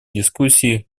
дискуссии